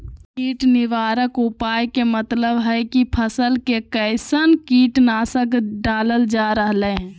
कीट निवारक उपाय के मतलव हई की फसल में कैसन कीट नाशक डालल जा रहल हई